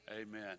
Amen